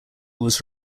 was